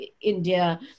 India